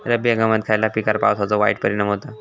रब्बी हंगामात खयल्या पिकार पावसाचो वाईट परिणाम होता?